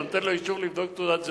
אתה נותן לו אישור לבדוק תעודת זהות?